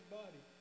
body